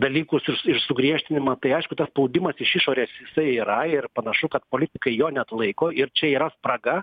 dalykus ir sugriežtinimą tai aišku tas spaudimas iš išorės jisai yra ir panašu kad politikai jo neatlaiko ir čia yra spraga